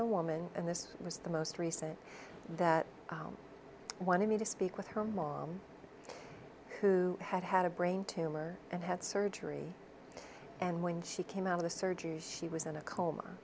a woman and this was the most recent that wanted me to speak with her mom who had had a brain tumor and had surgery and when she came out of the surgery she was in a coma